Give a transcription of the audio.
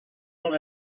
non